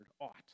ought